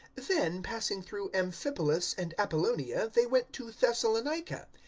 then, passing through amphipolis and apollonia, they went to thessalonica.